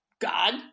God